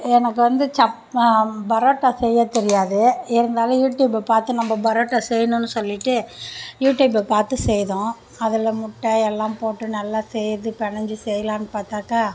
எனக்கு வந்து சப் பரோட்டா செய்ய தெரியாது இருந்தாலும் யூடியூப்பை பார்த்து நம்ம பரோட்டா செய்யணுன்னு சொல்லிட்டு யூடியூப்பை பார்த்து செய்தோம் அதில் முட்டை எல்லாம் போட்டு நல்லா சேர்த்து பெனஞ்சு செய்யலான்னு பார்த்தாக்கா